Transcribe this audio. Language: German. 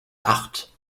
acht